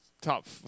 top